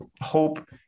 hope